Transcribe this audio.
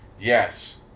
Yes